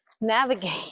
navigate